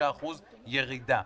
25% ירידה.